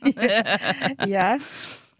Yes